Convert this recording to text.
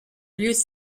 use